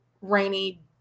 rainy